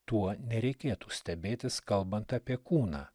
tuo nereikėtų stebėtis kalbant apie kūną